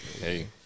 Hey